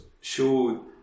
show